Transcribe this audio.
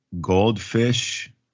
goldfish